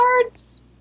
cards